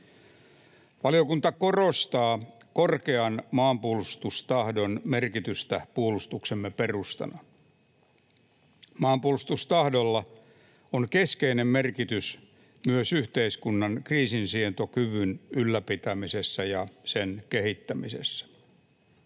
Valiokunta korostaa korkean maanpuolustustahdon merkitystä puolustuksemme perustana. Maanpuolustustahdolla on keskeinen merkitys myös yhteiskunnan kriisinsietokyvyn ylläpitämisessä ja sen kehittämisessä.